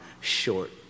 short